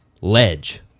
ledge